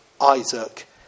isaac